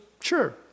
Sure